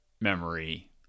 memory